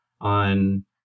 on